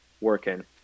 working